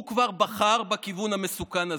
הוא כבר בחר בכיוון המסוכן הזה.